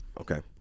Okay